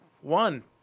one